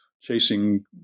chasing